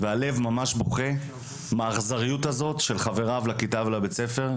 הלב ממש בוכה מהאכזריות של חבריו לכיתה ולבית הספר,